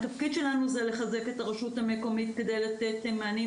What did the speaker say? התפקיד שלנו זה לחזק את הרשות המקומית כדי לתת מענים,